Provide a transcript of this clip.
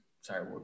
sorry